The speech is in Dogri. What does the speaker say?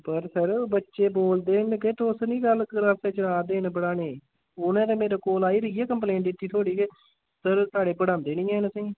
पर सर बच्चे बोलदे न कि तुस नी कल क्लासै च आ दे न पढ़ाने उ'नें ते मेरे कोल आइयै इ'यै कम्प्लेन दित्ती थोहाड़ी के सर साढ़े पढ़ादे नेईं हैन असेंगी